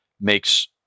makes